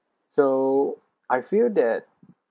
so I feel that